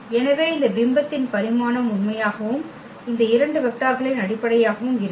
எனவே இந்த பிம்பத்தின் பரிமாணம் உண்மையாகவும் இந்த இரண்டு வெக்டர்களின் அடிப்படையாகவும் இருக்கும்